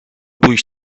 pójść